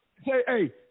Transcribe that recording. hey